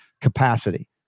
capacity